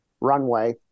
runway